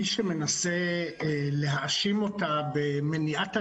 מי שמנסה להאשים אותה במניעת הנגשה,